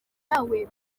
nawe